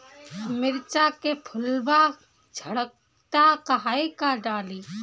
मिरचा के फुलवा झड़ता काहे का डाली?